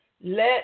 let